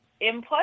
input